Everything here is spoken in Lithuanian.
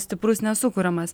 stiprus nesukuriamas